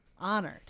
Honored